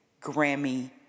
Grammy